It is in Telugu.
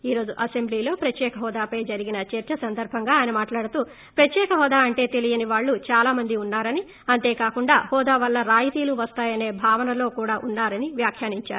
ఈ రోజు అసెంబ్లీలో ప్రత్యేక హోదాపై జరిగిన చర్చ సందర్బంగా ఆయన మాట్లాడుతూ ప్రత్యేక హోదా అంటే తెలియని వాళ్లు దాలా మంది ఉన్నారని అంతేకాకుండా హోదా వల్ల రాయితీలు వస్తాయసే భావనలో కూడా ఉన్నారని వ్యాఖ్యానించారు